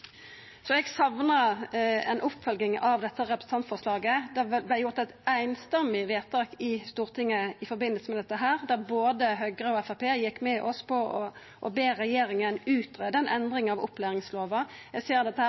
Eg saknar ei oppfølging av dette representantforslaget. Det vart gjort eit samrøystes vedtak i Stortinget i samband med dette, der både Høgre og Framstegspartiet gjekk med oss på å be regjeringa greia ut ei endring av opplæringslova. Eg ser at dette